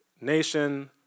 nation